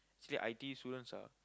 actually I_T_E students are